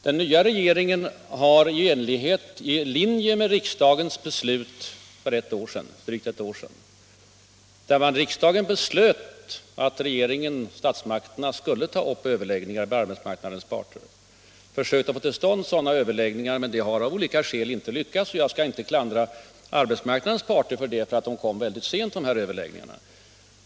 Den nya regeringen har i linje med riksdagens beslut för ett år sedan om att statsmakterna skulle ta upp överläggningar med arbetsmarknadens parter försökt få till stånd sådana överläggningar, men det har av olika skäl inte lyckats. Och jag skall inte klandra arbetsmarknadens parter för det. Inbjudan till överläggningarna kom väldigt sent.